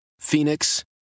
Phoenix